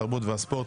התרבות והספורט.